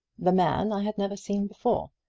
the man i had never seen before.